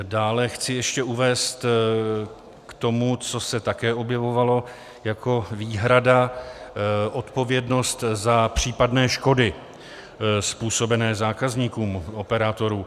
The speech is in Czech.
Dále chci ještě uvést k tomu, co se také objevovalo jako výhrada odpovědnost za případné škody způsobené zákazníkům operátorů.